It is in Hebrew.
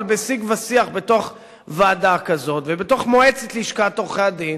אבל בשיג ושיח בתוך ועדה כזאת ובתוך מועצת לשכת עורכי-הדין,